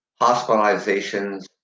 Hospitalizations